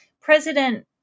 President